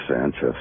Sanchez